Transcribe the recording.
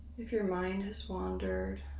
if your mind has wandered,